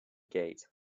gate